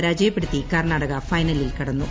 പരാജയപ്പെടുത്തി കർണ്ണാടക ഫൈനലിൽ കടന്നു